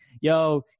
yo